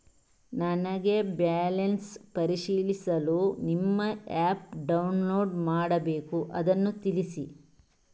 ನನಗೆ ಬ್ಯಾಲೆನ್ಸ್ ಪರಿಶೀಲಿಸಲು ನಿಮ್ಮ ಆ್ಯಪ್ ಡೌನ್ಲೋಡ್ ಮಾಡಬೇಕು ಅದನ್ನು ತಿಳಿಸಿ?